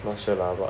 not sure lah but